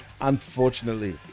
unfortunately